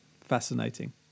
fascinating